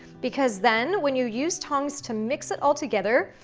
because then, when you use tongs to mix it all together,